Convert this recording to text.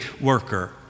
worker